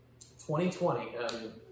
2020